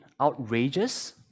outrageous